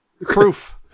Proof